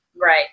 Right